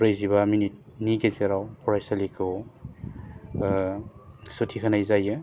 ब्रैजिबा मिनिटनि गेजेराव फरायसालिखौ सुटि होनाय जायो